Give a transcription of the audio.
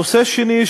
נושא שני,